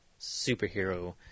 superhero